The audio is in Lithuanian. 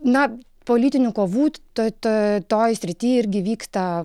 na politinių kovų toj toj toj srity irgi vyksta